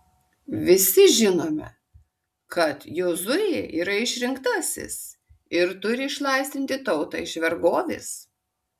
visi žinome kad jozuė yra išrinktasis ir turi išlaisvinti tautą iš vergovės